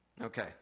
Okay